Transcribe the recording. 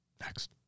next